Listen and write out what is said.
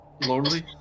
lonely